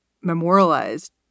memorialized